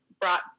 brought